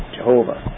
Jehovah